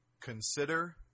Consider